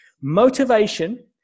motivation